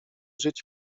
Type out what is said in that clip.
żyć